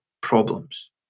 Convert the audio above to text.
problems